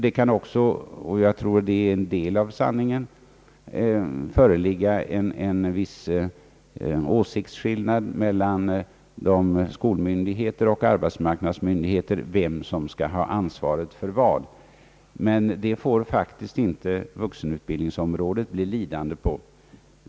Det kan också — och jag tror att det är en del av sanningen — föreligga en viss åsiktsskillnad mellan skolmyndigheter och arbetsmarknadsmyndigheter om vem som skall ha ansvaret för vad. Detta får emellertid vuxenutbildningsområdet inte bli lidande på.